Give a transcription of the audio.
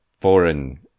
foreign